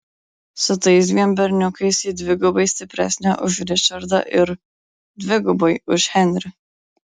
su tais dviem berniukais ji dvigubai stipresnė už ričardą ir dvigubai už henrį